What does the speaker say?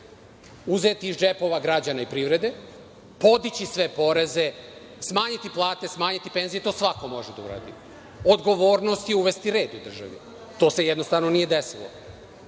uzeti iz džepova građana i privrede, podići sve poreze, smanjiti plate, smanjiti penzije, to svako može da uradi. Odgovornost je uvesti red u državi. To se jednostavno nije desilo. Zatim,